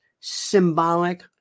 symbolic